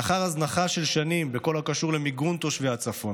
לאחר הזנחה של שנים בכל הקשור למיגון תושבי הצפון,